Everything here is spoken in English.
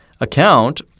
account